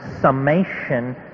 summation